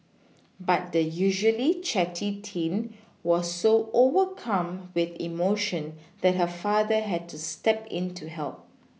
but the usually chatty teen was so overcome with emotion that her father had to step in to help